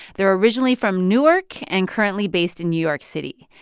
they're originally from newark and currently based in new york city.